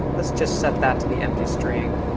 let's just set that to the empty string